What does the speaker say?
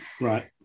Right